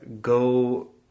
go